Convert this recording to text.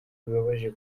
bibabaje